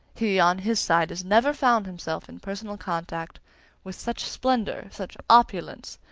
he, on his side, has never found himself in personal contact with such splendor, such opulence,